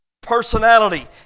personality